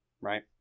Right